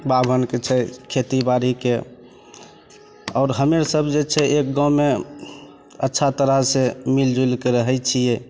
बाभनके छै खेतीबाड़ीके आओर हम्मे सब जे छै एक गाँवमे अच्छा तरहसँ मिलजुलिके रहय छियै